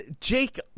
Jake